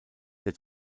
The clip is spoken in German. der